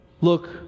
look